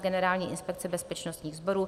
376 Generální inspekce bezpečnostních sborů